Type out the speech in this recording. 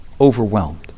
overwhelmed